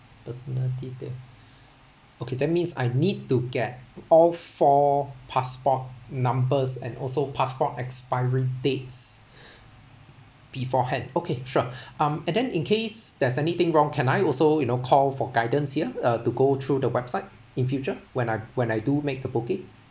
personal details okay that means I need to get all four passport numbers and also passport expiry dates beforehand okay sure um and then in case there's anything wrong can I also you know call for guidance here you know to go through the website in future when I when I do make the booking